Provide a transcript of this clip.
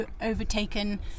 overtaken